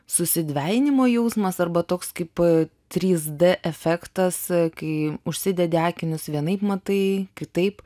susidvejinimo jausmas arba toks kaip trys d efektas kai užsidedi akinius vienaip matai kitaip